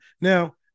Now